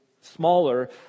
smaller